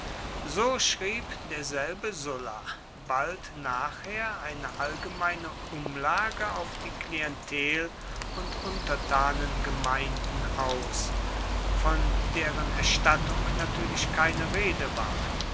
so schrieb derselbe sulla bald nachher eine allgemeine umlage auf die klientel und untertanengemeinden aus von deren erstattung natürlich keine rede war